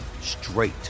straight